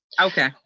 Okay